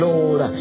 Lord